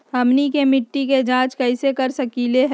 हमनी के मिट्टी के जाँच कैसे कर सकीले है?